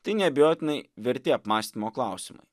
tai neabejotinai verti apmąstymo klausimai